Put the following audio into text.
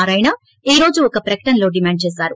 నారాయణ ఈ రోజు ఒక ప్రకటనలో డిమాండ్ చేశారు